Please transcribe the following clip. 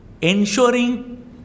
ensuring